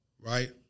right